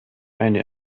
eine